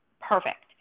perfect